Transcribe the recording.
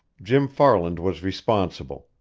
jim farland was responsible,